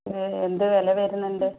ഇത് എന്ത് വില വരുന്നുണ്ട്